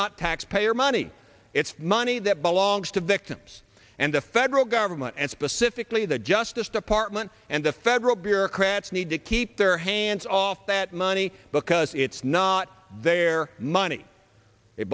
not taxpayer money it's money that belongs to victims and the federal government and specifically the justice department and the federal bureaucrats need to keep their hands off that money because it's not their money